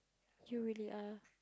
you really are